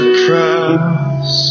cross